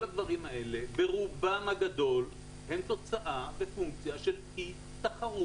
כל הדברים האלה ברובם הגדול הם תוצאה ופונקציה של אי תחרות,